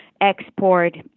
export